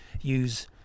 use